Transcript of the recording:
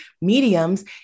mediums